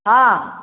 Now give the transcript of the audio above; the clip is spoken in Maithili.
हँ